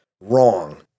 wrong